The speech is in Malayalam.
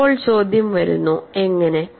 അപ്പോൾ ചോദ്യം വരുന്നു എങ്ങനെ